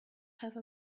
have